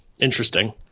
Interesting